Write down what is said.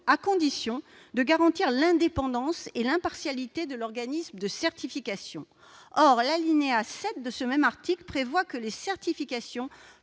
à condition de garantir l'indépendance et l'impartialité de l'organisme de certification. Or l'alinéa 7 de ce même article prévoit que les certifications